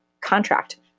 contract